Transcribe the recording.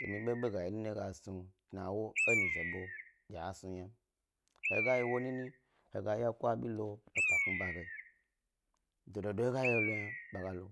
Domin bobo ga yiwo enyi bo he gas nu wo dna ewo gnam, he ga yi ewo yi nini he ga eya he ku abi lo pa kpne ba ge, dodo do he ga ye ba loyna ɓa ga lo,